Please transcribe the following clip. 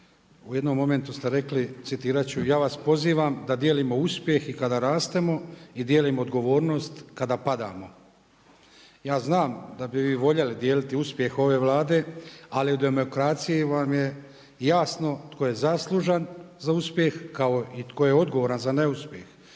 U jednom momentu ste rekli, citirat ću „ja vas pozivam da dijelimo uspjeh i kada rastemo i dijelimo odgovornost kada padamo“. Ja znam da bi vi voljeli dijeliti uspjeh ove Vlade, ali u demokraciji vam je jasno tko je zaslužan za uspjeh kao i to je odgovoran za neuspjeh.